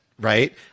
Right